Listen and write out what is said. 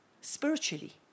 Spiritually